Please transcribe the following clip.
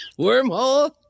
wormhole